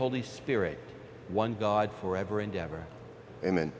holy spirit one god forever and ever and then